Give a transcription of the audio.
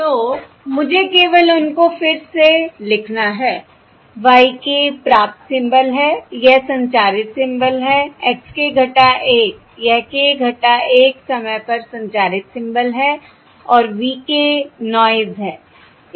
तो मुझे केवल उनको फिर से लिखना है y k प्राप्त सिंबल है यह संचारित सिंबल है x k 1 यह k 1 समय पर संचारित सिंबल है और v k नॉयस है